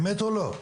אמת או לא?